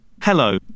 Hello